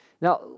Now